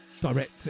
direct